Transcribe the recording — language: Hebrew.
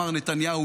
מר נתניהו,